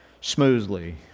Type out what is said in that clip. smoothly